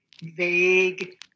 vague